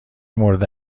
مورد